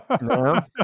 No